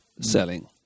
selling